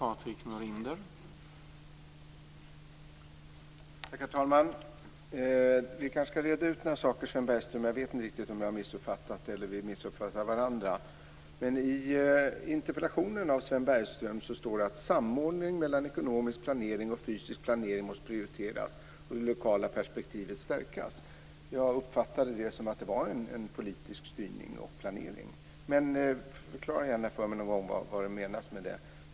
Herr talman! Vi kanske skall reda ut några saker, Sven Bergström. Jag vet inte riktigt om jag missuppfattade honom eller om vi har missuppfattat varandra. I interpellationen av Sven Bergström står det att samordning mellan ekonomisk planering och fysisk planering måste prioriteras, och det lokala perspektivet stärkas. Jag uppfattade det som en politisk styrning och planering. Men förklara gärna för mig vad som menas med detta någon gång!